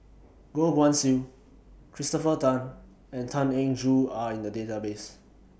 Goh Guan Siew Christopher Tan and Tan Eng Joo Are in The Database